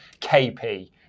KP